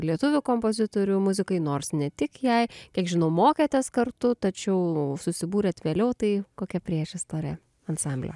lietuvių kompozitorių muzikai nors ne tik jai kiek žinau mokėtės kartu tačiau susibūrėt vėliau tai kokia priešistorė ansamblio